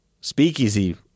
speakeasy